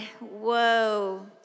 whoa